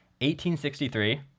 1863